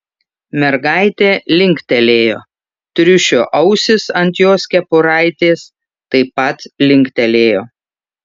mergaitė linktelėjo triušio ausys ant jos kepuraitės taip pat linktelėjo